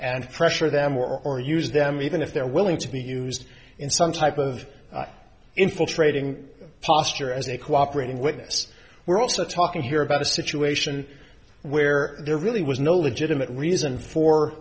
and pressure them or or use them even if they're willing to be used in some type of infiltrating posture as a cooperating witness we're also talking here about a situation where there really was no legitimate reason for